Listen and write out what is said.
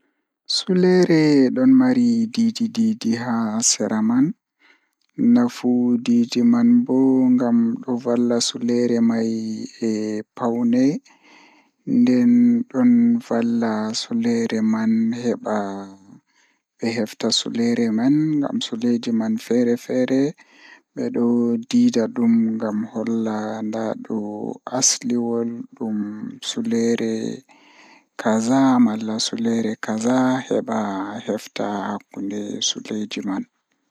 Ko njamaaji ngorko, ko njamaaji ngorko fayi. Ɓe rewɓe njiddaade laawol njamaaji ngal, rewɓe fiyaangu ko fayi. E hoore ngal ko njamaaji rewɓe.